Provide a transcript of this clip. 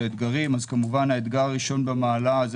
אז כמובן האתגר הראשון במעלה זה